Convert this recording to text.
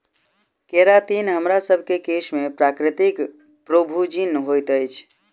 keratin हमरासभ केँ केश में प्राकृतिक प्रोभूजिन होइत अछि